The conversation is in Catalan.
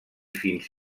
fins